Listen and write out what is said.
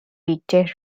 weekday